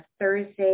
Thursday